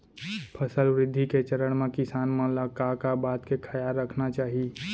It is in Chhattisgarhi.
फसल वृद्धि के चरण म किसान मन ला का का बात के खयाल रखना चाही?